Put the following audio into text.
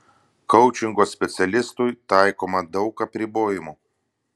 koučingo specialistui taikoma daug apribojimų